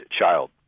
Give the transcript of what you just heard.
child